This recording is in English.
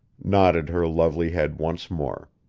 nodded her lovely head once more.